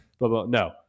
no